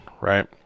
right